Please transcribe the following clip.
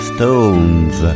Stones